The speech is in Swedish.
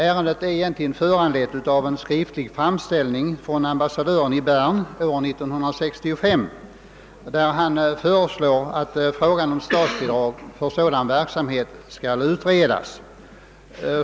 Ärendet är egentligen föranlett av en skriftlig framställning från ambassadören i Bern år 1965, i vilken han föreslår att frågan om statsbidrag för sådan verksamhet skall utredas.